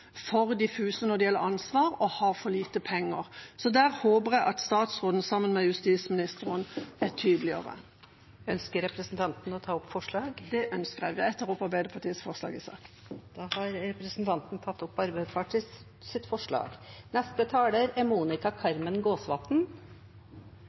for diffuse når det gjelder ansvar, og inneholder for lite penger. Så der håper jeg at statsråden sammen med justisministeren er tydeligere. Jeg tar opp forslaget der Arbeiderpartiet er medforslagsstiller. Representanten Kari Henriksen har tatt opp det